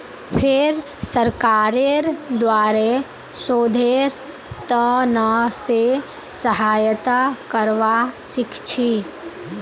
फेर सरकारेर द्वारे शोधेर त न से सहायता करवा सीखछी